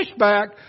pushback